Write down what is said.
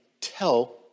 tell